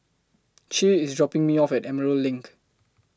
Che IS dropping Me off At Emerald LINK